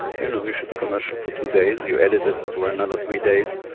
you know, you shoot a commercial for two days, you edit it for another three days,